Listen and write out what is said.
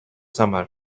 summer